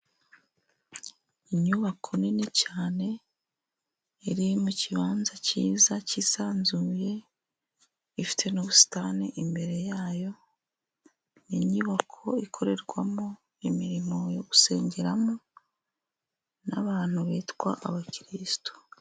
Inyubako nini cyane iri mu kibanza kiza kisanzuye, ifite n ubusitani imbere yayo. Ni inyubako ikorerwamo imirimo yo gusengeramo n'abantu bitwa abakirisitu.